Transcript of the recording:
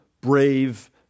brave